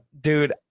dude